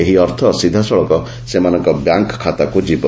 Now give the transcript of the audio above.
ଏହି ଅର୍ଥ ସିଧାସଳଖ ସେମାନଙ୍କ ବ୍ୟାଙ୍କ ଖାତାକୁ ଯିବ